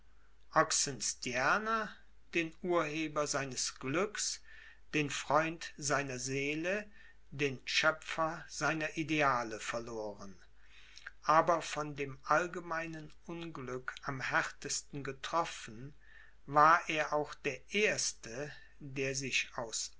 den urheber seines glücks den freund seiner seele den schöpfer seiner ideale verloren aber von dem allgemeinen unglück am härtesten getroffen war er auch der erste der sich aus